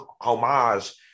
homage